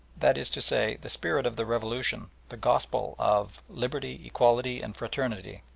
that is to say, the spirit of the revolution, the gospel of liberty, equality, and fraternity,